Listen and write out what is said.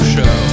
Show